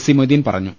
C Moideen പറഞ്ഞു